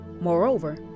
Moreover